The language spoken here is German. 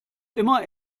immer